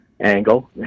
angle